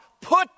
put